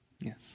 Yes